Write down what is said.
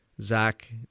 Zach